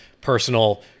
personal